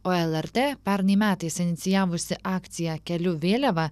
o lrt pernai metais inicijavusi akciją keliu vėliavą